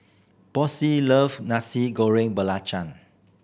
Boysie love Nasi Goreng Belacan